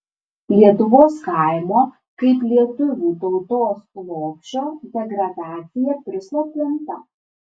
lietuvos kaimo kaip lietuvių tautos lopšio degradacija prislopinta